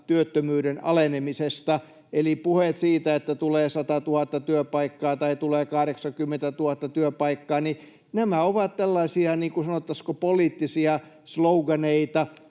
työttömyyden alenemisesta. Puheet siitä, että tulee 100 000 työpaikkaa tai tulee 80 000 työpaikkaa, ovat tällaisia, sanottaisiinko, poliittisia sloganeita,